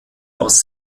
aus